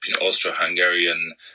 Austro-Hungarian